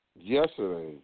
yesterday